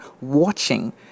watching